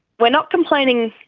we're not complaining,